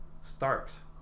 Starks